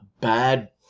bad